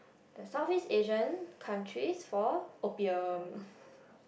the Southeast Asian countries for opium